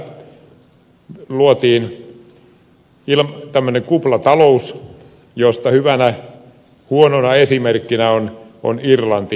velkaelvytyksen myötä luotiin tämmöinen kuplatalous josta hyvänä huonona esimerkkinä on irlanti